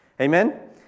Amen